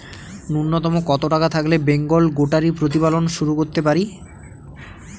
নূন্যতম কত টাকা থাকলে বেঙ্গল গোটারি প্রতিপালন শুরু করতে পারি?